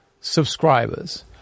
subscribers